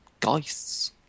geists